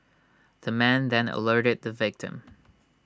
the man then alerted the victim